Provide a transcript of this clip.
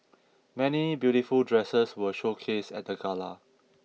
many beautiful dresses were showcased at the gala